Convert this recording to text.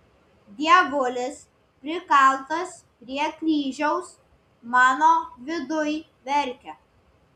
dievulis prikaltas prie kryžiaus mano viduj verkia